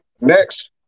Next